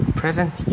present